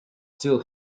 still